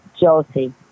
Josie